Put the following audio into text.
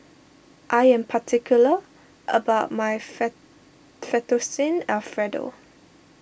I am particular about my Fettuccine Alfredo